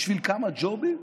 בשביל כמה ג'ובים?